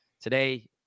today